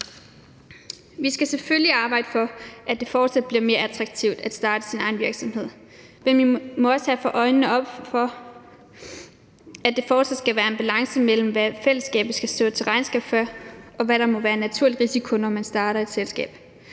Vi skal selvfølgelig arbejde for, at det fortsat bliver mere attraktivt at starte sin egen virksomhed, men vi må også have for øje, at der fortsat skal være en balance mellem, hvad staten og fællesskabet skal stå til regnskab for, og hvad der må være en naturlig risiko, når man starter et selskab.